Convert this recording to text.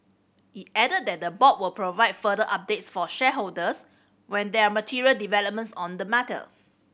it added that the board will provide further updates for shareholders when there are material developments on the matter